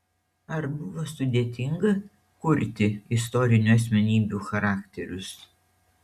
ar buvo sudėtinga kurti istorinių asmenybių charakterius